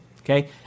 okay